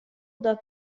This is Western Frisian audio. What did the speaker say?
dat